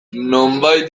nonbait